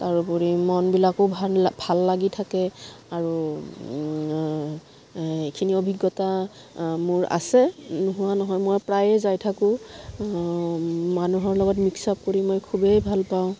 তাৰোপৰি মনবিলাকো ভাল ভাল লাগি থাকে আৰু এইখিনি অভিজ্ঞতা মোৰ আছে নোহোৱা নহয় মই প্ৰায়ে যাই থাকোঁ মানুহৰ লগত মিক্স আপ কৰি মই খুবেই ভাল পাওঁ